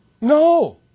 No